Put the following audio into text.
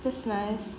that's nice